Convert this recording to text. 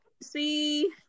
See